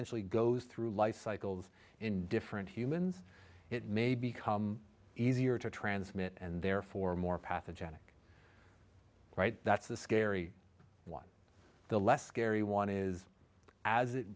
essentially goes through life cycles in different humans it may become easier to transmit and therefore more pathogenic right that's the scary one the less scary one is as it